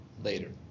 later